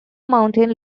mountain